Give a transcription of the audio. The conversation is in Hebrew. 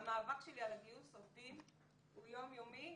המאבק שלי על גיוס עובדים הוא יומיומי